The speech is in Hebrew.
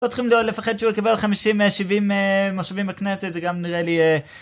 לא צריכים לפחד שהוא יקבל 50-70 מושבים בכנסת, זה גם נראה לי אה...